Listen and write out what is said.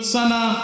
Sana